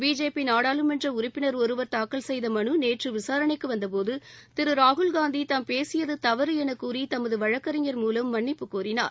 BJP நாடாளுமன்ற உறுப்பினர் ஒருவர் தாக்கல் செய்த மனு நேற்று விசாரணைக்கு வந்த போது திரு ராகுல்காந்தி தாம் பேசியது தவறு என கூறி தமது வழக்கறிஞர் மூலம் மன்னிப்பு கோரினார்